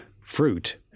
fruit